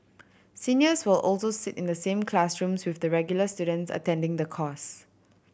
seniors will also sit in the same classrooms with the regular students attending the course